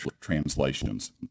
translations